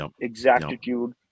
exactitude